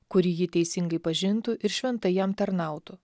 kuri jį teisingai pažintų ir šventai jam tarnautų